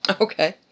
Okay